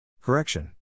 Correction